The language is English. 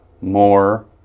more